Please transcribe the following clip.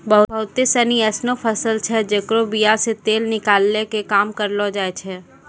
बहुते सिनी एसनो फसल छै जेकरो बीया से तेल निकालै के काम करलो जाय छै